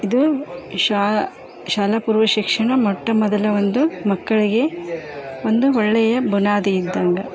ಇದು ಶಾಲಾ ಪೂರ್ವ ಶಿಕ್ಷಣ ಮೊಟ್ಟ ಮೊದಲ ಒಂದು ಮಕ್ಕಳಿಗೆ ಒಂದು ಒಳ್ಳೆಯ ಬುನಾದಿ ಇದ್ದಂಗೆ